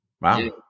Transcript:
wow